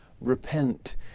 repent